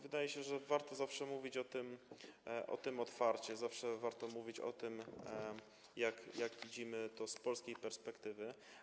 Wydaje się, że warto zawsze mówić o tym otwarcie, zawsze warto mówić o tym, jak widzimy to z polskiej perspektywy.